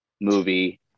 movie